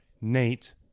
Nate